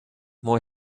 more